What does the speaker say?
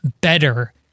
better